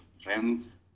friends